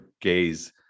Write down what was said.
gaze